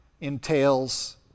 entails